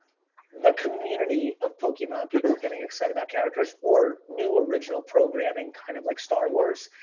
the community of pokemon people getting excited about characters or new original programming, kind of like star wars.